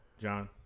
John